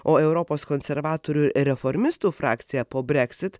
o europos konservatorių reformistų frakcija po breksit